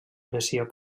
oració